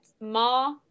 Ma